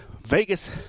Vegas